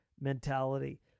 mentality